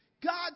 God